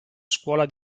scuola